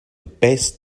best